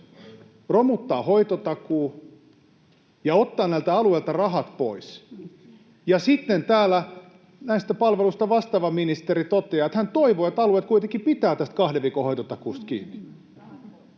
romuttaa hoitotakuu ja ottaa näiltä alueilta rahat pois? Ja sitten näistä palveluista vastaava ministeri toteaa täällä, että hän toivoo, että alueet kuitenkin pitävät tästä kahden viikon hoitotakuusta kiinni.